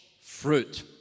fruit